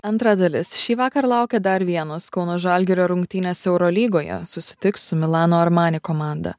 antra dalis šįvakar laukia dar vienos kauno žalgirio rungtynės eurolygoje susitiks su milano armani komanda